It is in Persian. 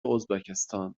ازبکستان